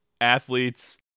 athletes